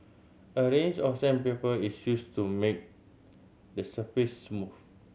a range of sandpaper is used to make the surface smooth